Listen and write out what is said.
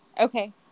Okay